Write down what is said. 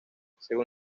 según